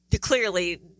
clearly